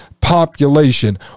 population